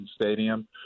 Stadium